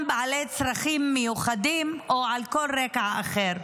בעלי צרכים מיוחדים או על כל רקע אחר.